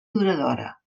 duradora